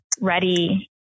ready